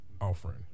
offering